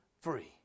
free